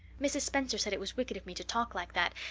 mrs. spencer said it was wicked of me to talk like that,